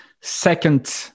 second